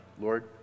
Lord